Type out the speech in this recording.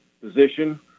position